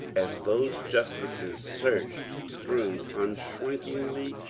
as those justices searched through unshrinkingly,